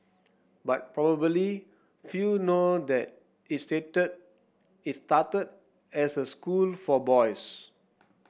but probably few know that it stated it started as a school for boys